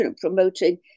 promoting